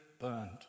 burned